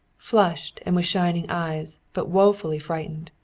flushed and with shining eyes, but woefully frightened.